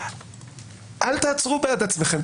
אל תעצרו בעד עצמכם.